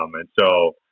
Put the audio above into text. um and so,